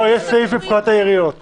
יש סעיף מפורש בפקודת העיריות.